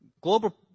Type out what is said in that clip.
Global